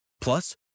Plus